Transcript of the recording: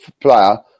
player